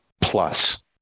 plus